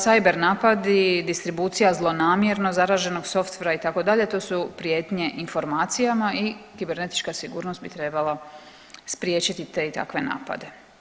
Cyber napadi i distribucija zlonamjerno zaraženog softvera itd. to su prijetnje informacijama i kibernetička sigurnost bi trebala spriječiti te i takve napade.